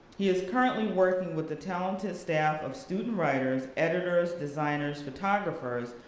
he is currently working with the talented staff of student writers, editors, designers, photographers,